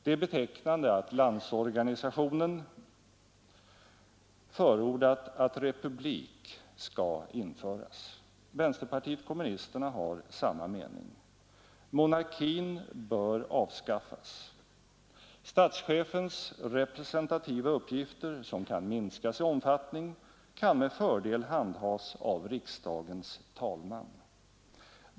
Det är betecknande att Landsorganisationen förordat att republik skall införas. Vänsterpartiet kommunisterna har samma mening. Monarkin bör avskaffas. Statschefens representativa uppgifter, som kan minskas i omfattning, kan med fördel handhas av riksdagens talman.